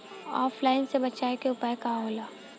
ऑफलाइनसे बचाव के उपाय का होला?